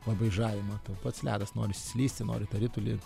labai žavi matau pats ledas norisi slysti nori tą ritulį